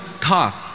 talk